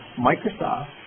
Microsoft